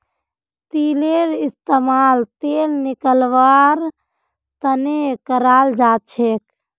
तिलेर इस्तेमाल तेल निकलौव्वार तने कराल जाछेक